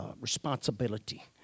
responsibility